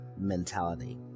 mentality